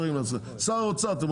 שר האוצר יש